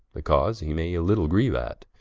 the cause he may a little grieue at